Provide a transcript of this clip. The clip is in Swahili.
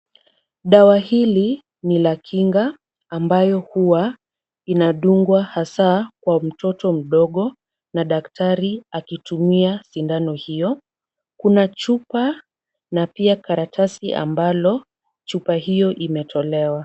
Dawa hili ni la kinga ambayo huwa inadungwa hasa kwa mtoto mdogo na daktari akitumia sindano hiyo. Kuna chupa na pia karatasi ambalo chupa hiyo imetolewa.